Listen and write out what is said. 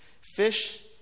fish